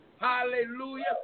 Hallelujah